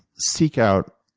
seek out